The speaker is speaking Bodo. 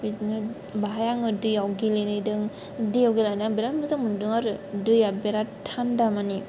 बिदिनो बेवहाय आङो दैजों गेलेहैदों दैयाव गेलेना बिरात मोजां मोन्दों आरो दैया बिरात थान्दा माने